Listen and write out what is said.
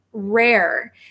rare